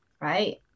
right